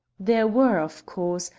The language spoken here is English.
there were, of course,